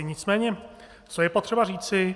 Nicméně co je potřeba říci.